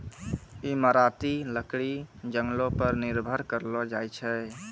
इमारती लकड़ी जंगलो पर निर्भर करलो जाय छै